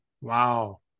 Wow